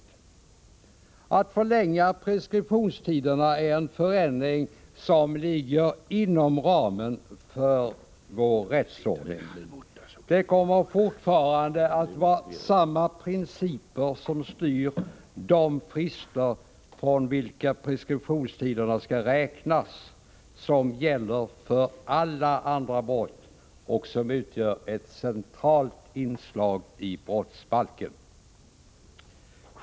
Att förlänga preskriptionstiderna är en förändring som ligger inom ramen för vår rättsordning. Det kommer fortfarande att vara samma principer som styr de frister från vilka preskriptionstiderna skall räknas som gäller för alla andra brott och som utgör ett centralt inslag i brottsbalken.